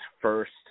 first